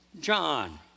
John